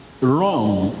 Wrong